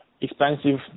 expensive